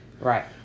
Right